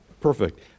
Perfect